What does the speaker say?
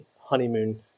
honeymoon